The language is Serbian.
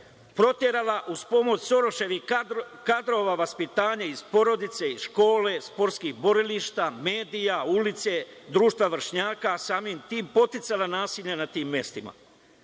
proterala uz pomoć soroševih kadrova vaspitanje iz porodice, iz škole, sportskih borilišta, medija, ulice do društva vršnjaka samim tim podsticala nasilje na tim mestima.